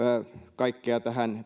kaikkea tähän